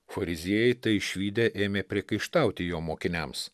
fariziejai tai išvydę ėmė priekaištauti jo mokiniams